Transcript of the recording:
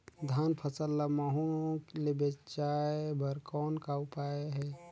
धान फसल ल महू ले बचाय बर कौन का उपाय हे?